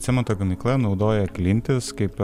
cemento gamykla naudoja klintis kaip